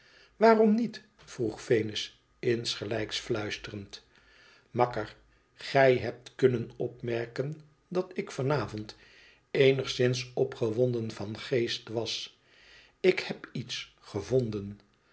waarom niet vroeg venus insgelijks fluisterend i makker gij hebt kunnen opmerken dat ik van avond eenigszins opgewonden van geest was ik heb iets gevonden